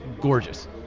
gorgeous